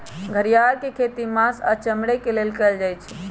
घरिआर के खेती मास आऽ चमड़े के लेल कएल जाइ छइ